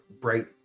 bright